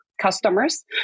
customers